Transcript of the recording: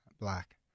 black